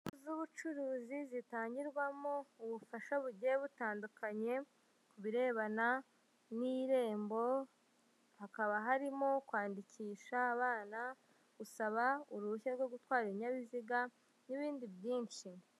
Inzu z'ubucuruzi zitangirwamo ubufasha bugiye butandukanye, ku birebana n'Irembo, hakaba harimo kwandikisha abana, gusaba uruhushya rwo gutwara ibinyabiziga n'ibindi byinshi.